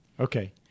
Okay